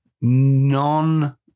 non